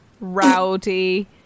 rowdy